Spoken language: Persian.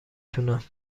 تونم